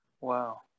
Wow